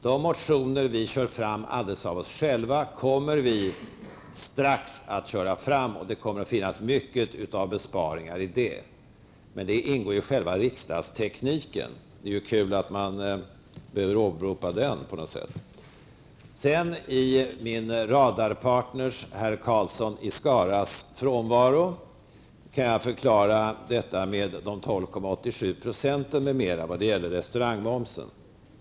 De motioner som vi kör fram alldeles av oss själva kommer vi strax att köra fram, och det kommer att finnas mycket av besparingar i dem. Det ingår i själva riksdagstekniken. Det är på något sätt kul att vi behöver åberopa den. I min radarpartners herr Karlssons i Skara frånvaro kan jag förklara de 12,87 procenten m.m. vad gäller restaurangmomsen.